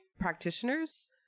practitioners